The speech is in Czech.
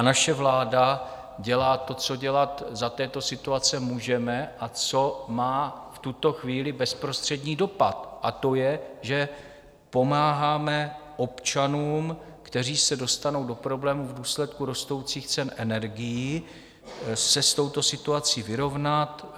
Naše vláda dělá to, co dělat za této situace může a co má v tuto chvíli bezprostřední dopad, to je, že pomáháme občanům, kteří se dostanou do problémů v důsledku rostoucích cen energií, se s touto situací vyrovnat.